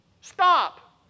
Stop